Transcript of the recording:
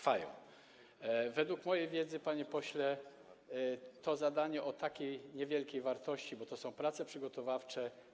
Według mojej wiedzy, panie pośle, jest to zadanie o niewielkiej wartości - to są prace przygotowawcze.